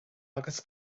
agus